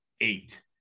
eight